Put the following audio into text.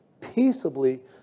peaceably